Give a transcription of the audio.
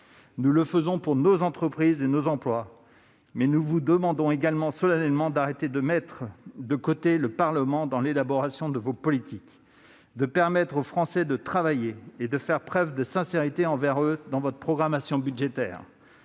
Nous le faisons pour nos entreprises et pour nos emplois, mais nous vous demandons solennellement d'arrêter de mettre de côté le Parlement dans l'élaboration de vos politiques, de permettre aux Français de travailler et de faire preuve de sincérité envers eux dans votre programmation budgétaire.